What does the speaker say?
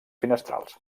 finestrals